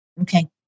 Okay